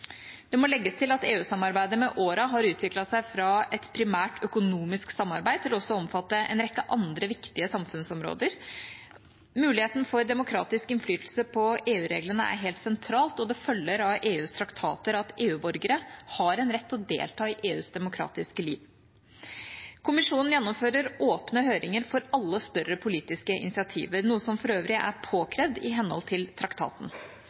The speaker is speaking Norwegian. Det må legges til at EU-samarbeidet med årene har utviklet seg fra et primært økonomisk samarbeid til også å omfatte en rekke andre viktige samfunnsområder. Muligheten for demokratisk innflytelse på EU-reglene er helt sentral, og det følger av EUs traktater at EU-borgere har en rett til å delta i EUs demokratiske liv. Kommisjonen gjennomfører åpne høringer for alle større politiske initiativ, noe som for øvrig er påkrevd i henhold til traktaten.